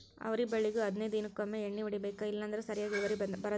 ಅವ್ರಿ ಬಳ್ಳಿಗು ಹದನೈದ ದಿನಕೊಮ್ಮೆ ಎಣ್ಣಿ ಹೊಡಿಬೇಕ ಇಲ್ಲಂದ್ರ ಸರಿಯಾಗಿ ಇಳುವರಿ ಬರುದಿಲ್ಲಾ